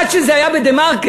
עד שזה היה ב"דה-מרקר",